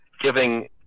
giving